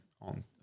on